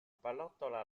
pallottola